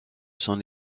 son